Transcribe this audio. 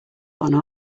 one